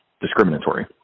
discriminatory